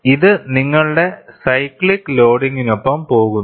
ഇത് നിങ്ങളുടെ സൈക്ലിക്ക് ലോഡിംഗിനൊപ്പം പോകുന്നു